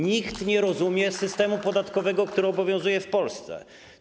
Nikt nie rozumie systemu podatkowego, który obowiązuje w Polsce.